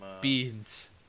Beans